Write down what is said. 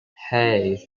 hey